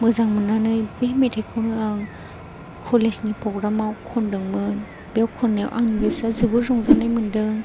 मोजां मोननानै बे मेथाइखौनो आं कलेजनि प्रग्रामाव खनदोंमोन बेयाव खननायाव आंनि गोसोआ जोबोर रंजानाय मोनदों